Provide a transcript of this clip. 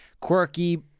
quirky